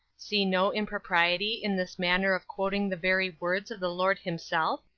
see no impropriety in this manner of quoting the very words of the lord himself!